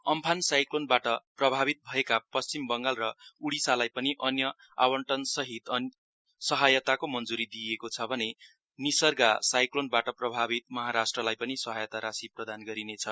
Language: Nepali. अम्फान साइक्लोनबाट प्रभावित भएका पश्चिम बङगाल र उडीसालाई पनि अन्य आवन्टनसहित सहयताको मञ्जुरी दिइएको छ भने विसर्गा साइक्लोनबाट प्रभावित महाराष्ट्रलाई पनि सहायता राशी प्रदाम गरिनेछ